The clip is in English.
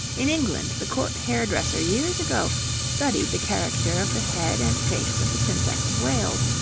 in england, the court hair-dresser years ago studied the character of the head and face of the princess of wales,